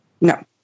No